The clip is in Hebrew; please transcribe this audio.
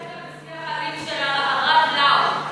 בשיח אלים של הרב לאו,